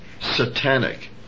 satanic